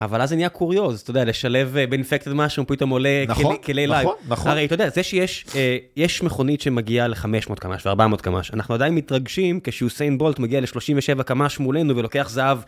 אבל אז זה נהיה קוריוז, אתה יודע, לשלב באינפקטד משהו, פתאום עולה כלי לייק. הרי אתה יודע, זה שיש מכונית שמגיעה ל-500 קמ״ש ו-400 קמ״ש, אנחנו עדיין מתרגשים כשיוסיין בולט מגיע ל-37 קמ״ש מולנו ולוקח זהב.